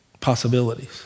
possibilities